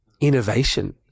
Innovation